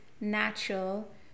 natural